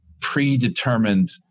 predetermined